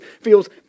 feels